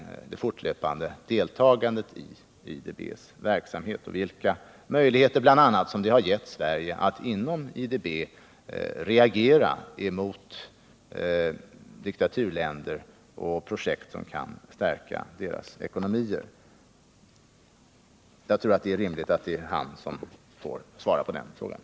Vi skall också låta honom svara på frågan om vilka möjligheter som vårt deltagande i IDB har gett oss att reagera mot diktaturländer och projekt som kan stärka deras ekonomier. Det är rimligt att han får svara på dessa frågor.